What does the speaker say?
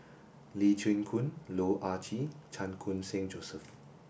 Lee Chin Koon Loh Ah Chee Chan Khun Sing Joseph